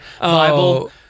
Bible